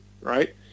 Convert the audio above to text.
right